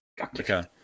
Okay